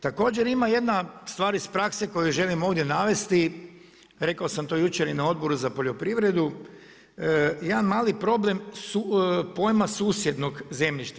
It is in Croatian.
Također ima jedna stvar iz prakse koju želim ovdje navesti, rekao sam to jučer i na Odboru za poljoprivredu, jedan mali problem pojma susjednog zemljišta.